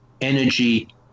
Energy